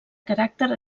caràcter